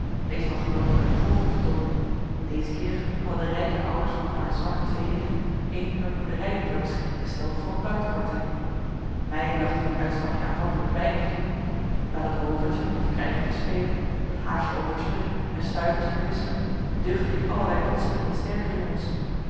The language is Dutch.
meestal genoten we een goochelvertooning deze keer hadden de rijke ouders van een paar zwakke tweelingen een hunner boerderijen ter beschikking gesteld voor een buitenpartij mij lachte dit uitstapje aanvankelijk weinig toe bij dat roovertje of krijgertje spelen dat haasje-over springen en stuivertjeverwisselen duchtte ik allerlei botsingen met sterkere jongens